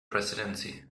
presidency